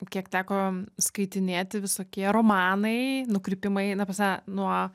kiek teko skaitinėti visokie romanai nukrypimai na ta prasme nuo